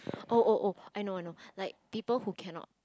oh oh oh I know I know like people who cannot